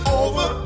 over